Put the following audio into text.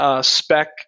spec